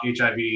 HIV